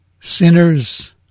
Sinners